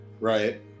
Right